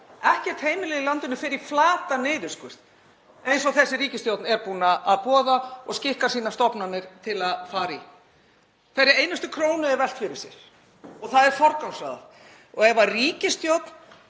ekkert heimili í landinu fer í flatan niðurskurð eins og þessi ríkisstjórn er búin að boða og skikka sínar stofnanir til að fara í. Hverri einustu krónu er velt fyrir sér og það er forgangsraðað og ef ríkisstjórn